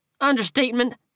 Understatement